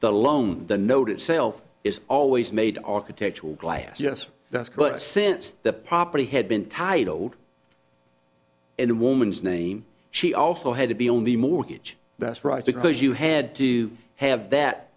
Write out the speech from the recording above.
the loan the note itself is always made architectural glass yes since the property had been titled in the woman's name she also had to be on the mortgage that's right because you had to have that